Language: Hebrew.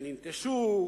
שננטשו,